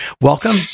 Welcome